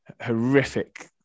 horrific